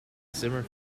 zimmer